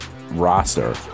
roster